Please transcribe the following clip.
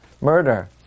murder